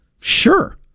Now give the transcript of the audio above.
sure